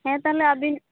ᱦᱮᱸ ᱛᱟᱦᱚᱞᱮ ᱟᱵᱤᱱ